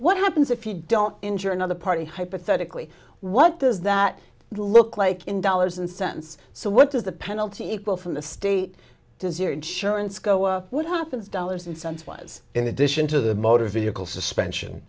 what happens if you don't injure another party hypothetically what does that look like in dollars and cents so what does the penalty equal from the state does your insurance go up what happens dollars and cents was in addition to the motor vehicle suspension